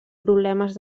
problemes